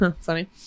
funny